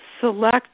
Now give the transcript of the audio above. Select